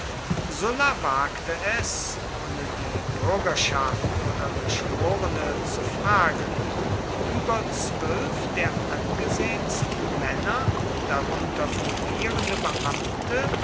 sulla wagte es ohne die bürgerschaft oder geschworene zu fragen über zwölf der angesehensten männer darunter fungierende beamte